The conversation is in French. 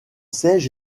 siège